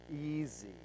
easy